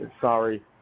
sorry